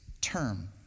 term